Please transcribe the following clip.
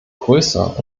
größer